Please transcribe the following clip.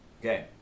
okay